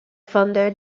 founder